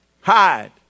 hide